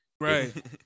Right